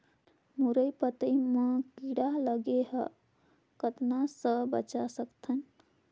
मुरई पतई म कीड़ा लगे ह कतना स बचा सकथन?